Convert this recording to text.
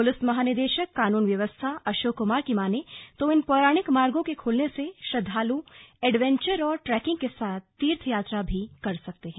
police महानिदेशक कानून व्यवस्था अशोक कुमार की मानें तो इन पौराणिक मार्गो के खुलने से श्रद्धालु एडवेंचर और ट्रैकिंग के साथ तीर्थ यात्रा भी कर सकते हैं